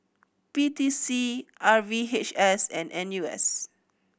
P T C R V H S and N U S